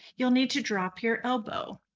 you'll need to drop your elbow,